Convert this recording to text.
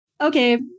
okay